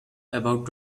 about